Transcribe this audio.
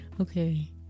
okay